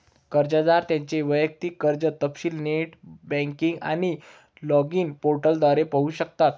कर्जदार त्यांचे वैयक्तिक कर्ज तपशील नेट बँकिंग आणि लॉगिन पोर्टल द्वारे पाहू शकतात